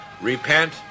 repent